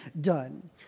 done